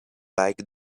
bike